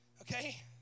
okay